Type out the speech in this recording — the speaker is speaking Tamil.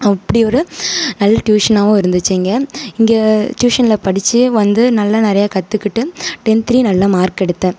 அப்படி ஒரு நல்ல டியூஷனாகவும் இருந்துச்சு இங்கே இங்கே டியூஷனில் படித்து வந்து நல்ல நிறையா கற்றுக்கிட்டு டென்த்துலேயும் நல்ல மார்க் எடுத்தேன்